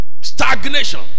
Stagnation